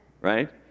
right